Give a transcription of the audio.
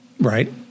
Right